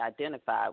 identified